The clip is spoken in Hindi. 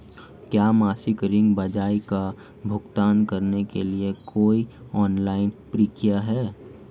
क्या मासिक ऋण ब्याज का भुगतान करने के लिए कोई ऑनलाइन प्रक्रिया है?